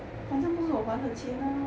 反正不是我还的钱 ah